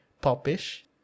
popish